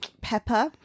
Pepper